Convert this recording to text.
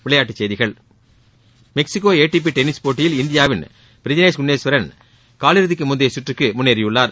விளையாட்டுச் செய்திகள் Mexico ATP tennis போட்டியில் இந்தியாவின் பிரஜ்னேஷ் குணேஷ்வரன் காலிறதிக்கு முந்தைய சுற்றுக்கு முன்னேறியுள்ளார்